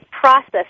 process